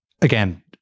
again